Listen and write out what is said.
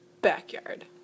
Backyard